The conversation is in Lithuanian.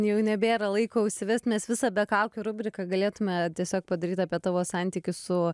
jau nebėra laiko užsivest mes visą be kaukių rubriką galėtume tiesiog padaryt apie tavo santykius su